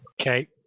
Okay